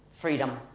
freedom